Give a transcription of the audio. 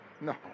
No